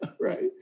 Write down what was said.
Right